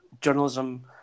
journalism